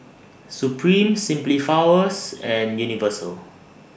Supreme Simply Flowers and Universal